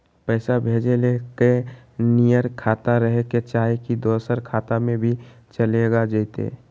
पैसा भेजे ले एके नियर खाता रहे के चाही की दोसर खाता में भी चलेगा जयते?